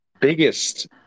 biggest